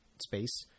space